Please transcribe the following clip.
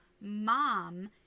mom